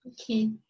Okay